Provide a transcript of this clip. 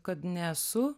kad nesu